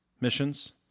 missions